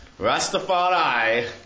Rastafari